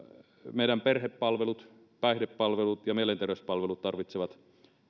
meidän perhepalvelut päihdepalvelut ja mielenterveyspalvelut tarvitsevat